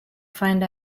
find